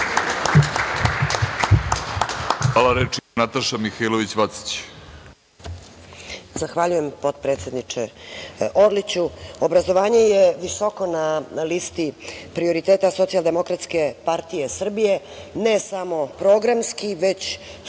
**Nataša Mihailović Vacić** Zahvaljujem, potpredsedniče Orliću. Obrazovanje je visoko na listi prioriteta Socijaldemokratske partije Srbije, ne samo programski, već suštinski